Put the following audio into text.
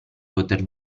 poter